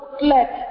let